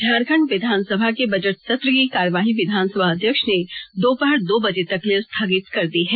झारखंड विधानसभ के बजट सत्र की कार्रवाही विधानसभा अध्यक्ष ने दोपहर दो बजे तक के लिए स्थगित कर दी है